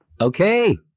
Okay